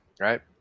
right